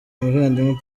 umuvandimwe